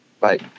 Bye